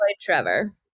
Trevor